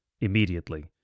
immediately